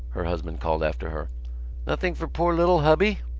her husband called after her nothing for poor little hubby!